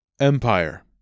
empire